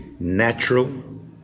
natural